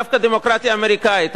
דווקא את הדמוקרטיה האמריקנית,